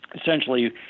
essentially